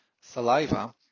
saliva